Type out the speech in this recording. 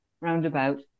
roundabout